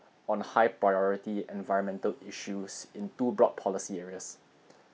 on high-priority environmental issues in two broad policy areas